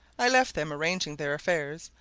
i left them arranging their affairs,